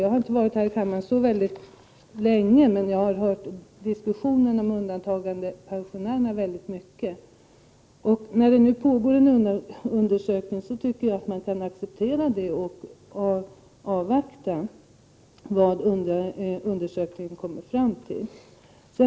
Jag har inte varit i riksdagen så länge, men jag har hört undantagandepensionärerna diskuteras väldigt mycket. Eftersom det pågår en utredning, tycker jag att vi kan acceptera det och avvakta vad undersökningen leder fram till.